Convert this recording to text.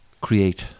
create